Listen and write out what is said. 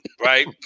Right